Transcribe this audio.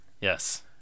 yes